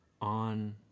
on